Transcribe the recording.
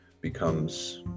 becomes